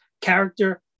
character